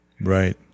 Right